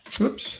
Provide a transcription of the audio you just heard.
Oops